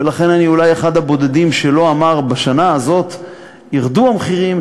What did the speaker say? ולכן אני אולי אחד הבודדים שלא אמר: בשנה הזאת ירדו המחירים,